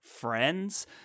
friends